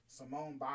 Simone